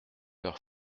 leur